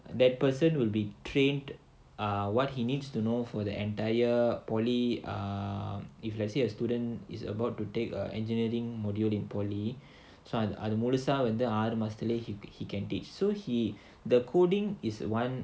that person will be trained ah what he needs to know for the entire polytechnic um if let's say a student is about to take a engineering module in polytechnic அது முடிச்சா வந்து ஆறு மாசத்துலயே:adhu mudicha vandhu aaru maasathulayae so he the coding is one